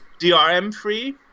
DRM-free